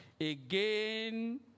again